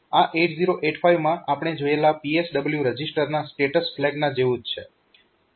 આ 8085 માં આપણે જોયેલા PSW રજીસ્ટરના સ્ટેટસ ફ્લેગના જેવું જ છે